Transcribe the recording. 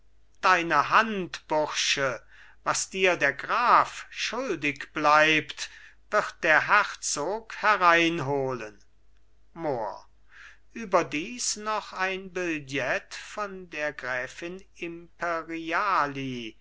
deine hand bursche was dir der graf schuldig bleibt wird der herzog hereinholen mohr überdies noch ein billett von der gräfin